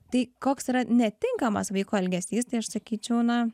tai koks yra netinkamas vaiko elgesys tai aš sakyčiau na